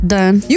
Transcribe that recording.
Done